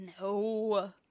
no